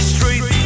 Street